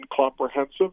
comprehensive